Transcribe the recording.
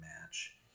match